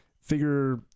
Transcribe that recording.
figure